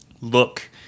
look